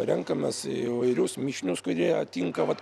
renkamės įvairius mišinius kurie tinka vat